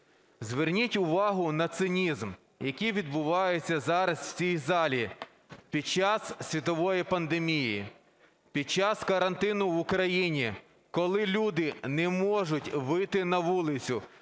Зверніть увагу на цинізм, який відбувається зараз в цій залі під час світової пандемії, під час карантину в Україні, коли люди не можуть вийти на вулицю,